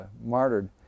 martyred